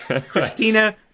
Christina